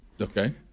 Okay